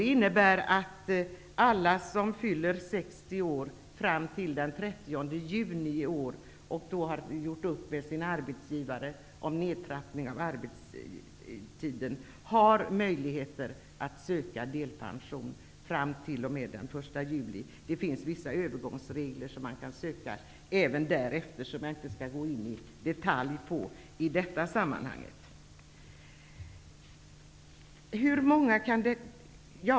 Det innebär att alla som fyller 60 år före den 30 juni, och då har gjort upp med sin arbetsgivare om nedtrappning av arbetstiden, har möjlighet att söka delpension fram till den 1 juli. Det finns vissa övergångsregler som innebär att man kan söka även därefter, men dem skall jag inte gå in i detalj på i detta sammanhang.